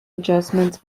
adjustments